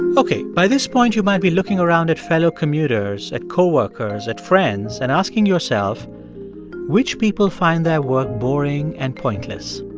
ok. by this point, you might be looking around at fellow commuters, at co-workers, at friends, and asking yourself which people find their work boring and pointless?